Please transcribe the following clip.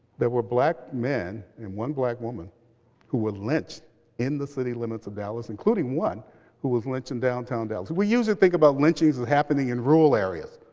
there were black men and one black woman who were lynched in the city limits of dallas including one who was lynched in downtown dallas. we usually think about lynchings and happening in rural areas.